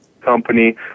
company